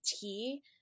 tea